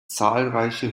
zahlreiche